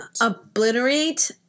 obliterate